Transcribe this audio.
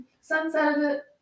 Sunset